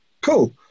Cool